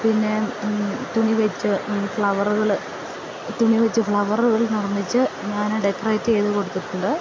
പിന്നെ തുണിവച്ച് ഫ്ലവറുകള് തുണിവച്ച് ഫ്ലവറുകള് നിർമ്മിച്ച് ഞാന് ഡെക്കറേറ്റെയ്തു കൊടുത്തിട്ടുണ്ട്